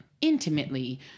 intimately